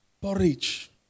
Porridge